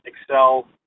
Excel